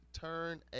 turn